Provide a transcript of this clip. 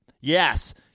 Yes